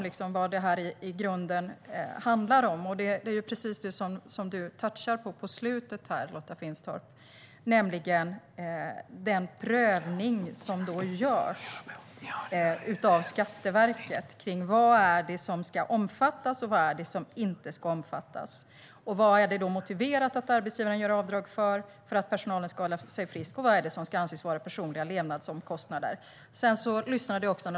I grunden handlar det om det som du berörde i slutet, nämligen den prövning som görs av Skatteverket av vad det är som ska omfattas och vad det är som inte ska omfattas. Vad är det motiverat att arbetsgivaren gör avdrag för i syfte att personalen ska hålla sig frisk, och vad är det som ska anses vara personliga levnadsomkostnader?